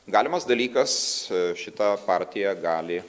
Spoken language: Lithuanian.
galimas dalykas šita partija gali